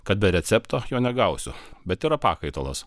kad be recepto jo negausiu bet yra pakaitalas